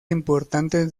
importantes